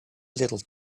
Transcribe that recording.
little